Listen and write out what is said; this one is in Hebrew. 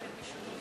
השרה סופה לנדבר?